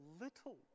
little